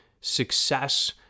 success